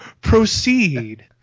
proceed